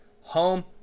home